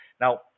Now